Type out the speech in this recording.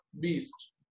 beast